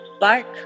bark